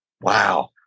Wow